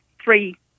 three